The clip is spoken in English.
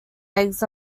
eggs